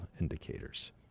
Indicators